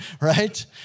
Right